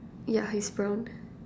yeah he's brown